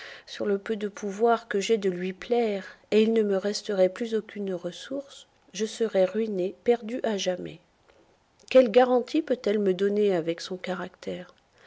sur le peu de pouvoir que j'ai de lui plaire et il ne me resterait plus aucune ressource je serais ruiné perdu à jamais quelle garantie peut-elle me donner avec son caractère